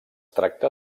tracta